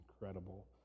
incredible